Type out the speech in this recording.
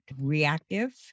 reactive